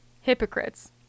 hypocrites